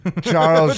Charles